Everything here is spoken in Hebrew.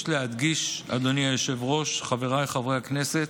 יש להדגיש, אדוני היושב-ראש, חבריי חברי הכנסת,